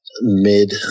mid